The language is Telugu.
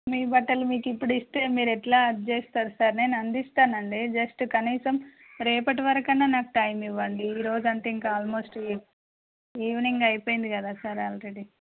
మీ బట్టలు మీకు ఇప్పుడు ఇస్తే మీరు ఎట్లా అట్టా చేస్తారు సార్ నేను అందిస్తాను అండి జస్ట్ కనీసం రేపటి వరకు కన్నా నాకు టైమ్ ఇవ్వండి ఈరోజు అంటే ఇంకా ఆల్మోస్ట్ ఈవినింగ్ అయిపోయింది కదా సార్ అల్రెడీ